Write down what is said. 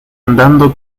andando